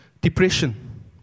depression